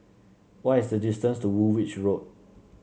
what is the distance to Woolwich Road